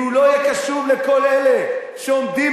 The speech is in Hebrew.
אם הוא לא יהיה קשוב לכל אלה שעומדים